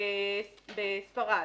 בספרד,